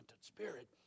spirit